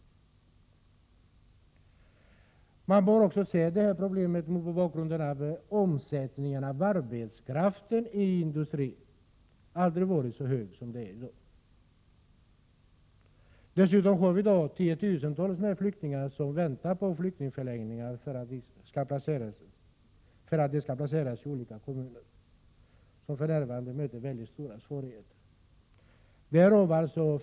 19 Man bör också se problemet mot bakgrund av att omsättningen av arbetskraft inom industrin aldrig har varit så hög som den är i dag. Dessutom har vi i dag tiotusentals flyktingar på flyktingförläggningar som väntar på att placeras i olika kommuner, vilket för närvarande möter mycket stora svårigheter.